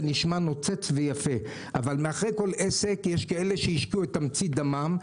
זה נשמע נוצץ ויפה אבל מאחורי כל עסק יש כאלה שהשקיעו את תמצית דמם,